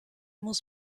muss